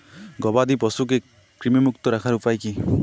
গবাদি পশুকে কৃমিমুক্ত রাখার উপায় কী?